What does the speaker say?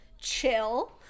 chill